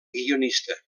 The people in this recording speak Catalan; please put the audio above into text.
guionista